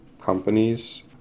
companies